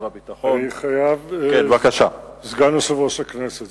הביטחון ביום כ"ו בשבט התש"ע (10 בפברואר